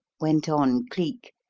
went on cleek,